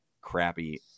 crappy